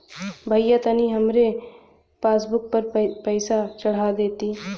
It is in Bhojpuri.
भईया तनि हमरे पासबुक पर पैसा चढ़ा देती